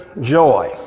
joy